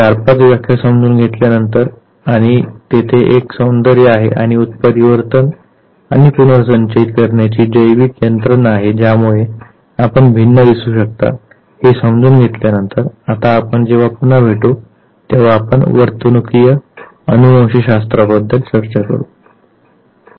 तर चार पाच व्याख्या समजून घेतल्या नंतर आणि तेथे एक सौंदर्य आहे आणि उत्परिवर्तन आणि पुनर्संचयित करण्याची जैविक यंत्रणा आहे ज्यामुळे आपण भिन्न दिसू शकता हे समजून घेतल्या नंतर आता आपण जेव्हा पुन्हा भेटू तेव्हा आपण वर्तनुकीय अनुवंशशास्त्र बद्दल चर्चा करू